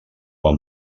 han